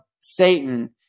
Satan